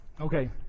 Okay